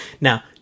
Now